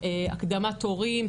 הקדמת תורים,